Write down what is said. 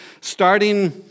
starting